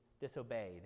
disobeyed